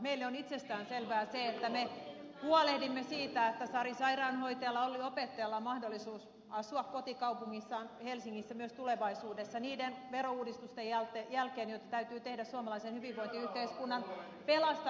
meille on itsestään selvää se että me huolehdimme siitä että sari sairaanhoitajalla ja olli opettajalla on mahdollisuus asua kotikaupungissaan helsingissä myös tulevaisuudessa niiden verouudistusten jälkeen joita täytyy tehdä suomalaisen hyvinvointiyhteiskunnan pelastamiseksi